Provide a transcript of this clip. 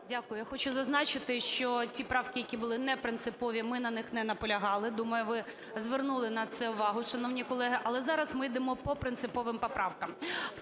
Дякую. Я хочу зазначити, що ті правки, які були непринципові, ми на них не наполягали, думаю, ви звернули на це увагу, шановні колеги. Але зараз ми йдемо по принциповим поправкам.